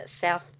South